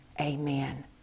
Amen